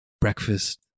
Breakfast